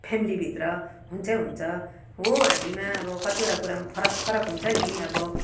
family भित्र हुन्छै हुन्छ हो हामीमा कतिवटा कुरामा फरक अरक हुन्छ नि अब